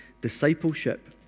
discipleship